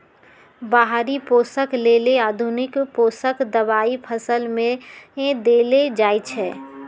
बाहरि पोषक लेल आधुनिक पोषक दबाई फसल में देल जाइछइ